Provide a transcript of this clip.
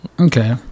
Okay